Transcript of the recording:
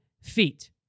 feet